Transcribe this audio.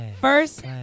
First